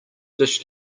dish